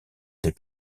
des